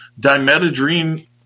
Dimetadrine